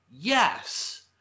yes